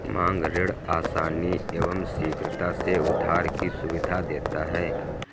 मांग ऋण आसानी एवं शीघ्रता से उधार की सुविधा देता है